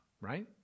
right